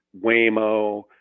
Waymo